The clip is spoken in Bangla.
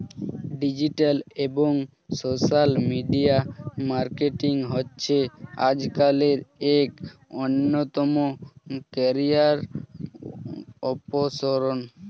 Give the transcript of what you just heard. ডিজিটাল এবং সোশ্যাল মিডিয়া মার্কেটিং হচ্ছে আজকালের এক অন্যতম ক্যারিয়ার অপসন